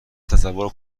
تصور